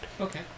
Okay